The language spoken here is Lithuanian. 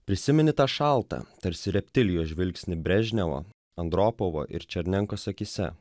prisimeni tą šaltą tarsi reptilijos žvilgsnį brežnevo andropovo ir černenkos akyse